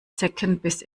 zeckenbiss